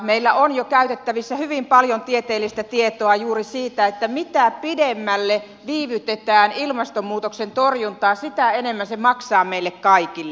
meillä on jo käytettävissä hyvin paljon tieteellistä tietoa juuri siitä että mitä pidemmälle viivytetään ilmastonmuutoksen torjuntaa sitä enemmän se maksaa meille kaikille